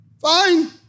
Fine